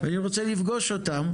אני רוצה לפגוש אותם,